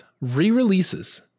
re-releases